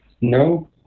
No